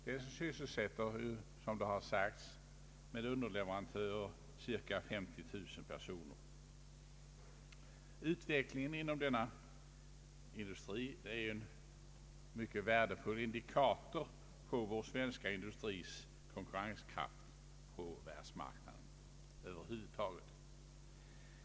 Varvsindustrin sysselsätter med underleverantörer ca 50 000 personer. Utvecklingen inom denna industri är en mycket värdefull indikator på vår svenska industris konkurrenskraft på världsmarknaden över huvud taget.